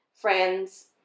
friends